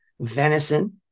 venison